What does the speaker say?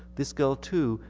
this girl, too,